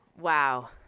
Wow